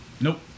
Nope